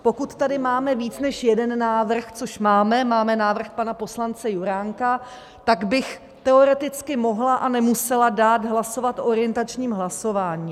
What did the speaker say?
Pokud tady máme víc než jeden návrh což máme, máme návrh pana poslance Juránka tak bych teoreticky mohla a nemusela dát hlasovat orientačním hlasováním.